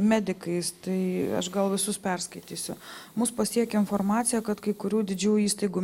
medikais tai aš gal visus perskaitysiu mus pasiekė informacija kad kai kurių didžiųjų įstaigų